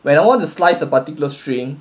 when I want to slice a particular string